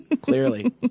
clearly